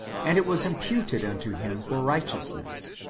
and it was imputed unto him for righteousness.